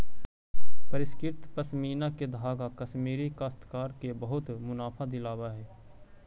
परिष्कृत पशमीना के धागा कश्मीरी काश्तकार के बहुत मुनाफा दिलावऽ हई